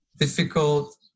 difficult